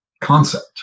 concept